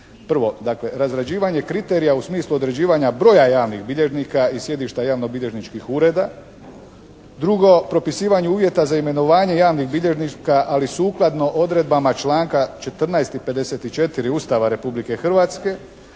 dakle razrađivanje kriterija u smislu određivanja broja javnih bilježnika i sjedišta javnobilježničkih ureda. Drugo, propisivanje uvjeta za imenovanje javnih bilježnika, ali sukladno odredbama članka 14. i 54. Ustava Republike Hrvatske.